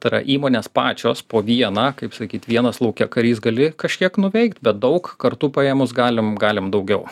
tai yra įmonės pačios po vieną kaip sakyt vienas lauke karys gali kažkiek nuveikt bet daug kartu paėmus galim galim daugiau